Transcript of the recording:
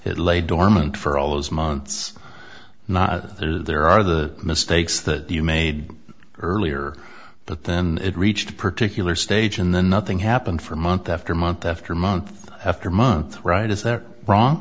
it lay dormant for all those months not there are the mistakes that you made earlier but then it reached a particular stage and then nothing happened for month after month after month after month right is